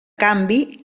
canvi